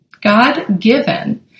God-given